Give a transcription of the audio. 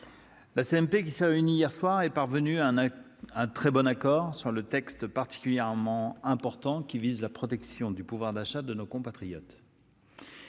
la CMP qui s'est réunie hier soir est parvenue à un très bon accord, sur un texte particulièrement important, qui vise la protection du pouvoir d'achat de nos compatriotes.